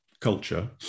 culture